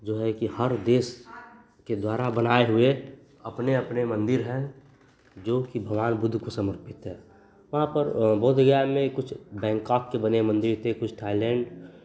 जो है कि हर देश के द्वारा बनाए हुए अपने अपने मन्दिर हैं जोकि भगवान बुद्ध को समर्पित है वहाँ पर बोधगया में कुछ बैन्कॉक के बने मन्दिर थे कुछ थाईलैण्ड